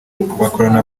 bakorana